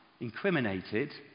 incriminated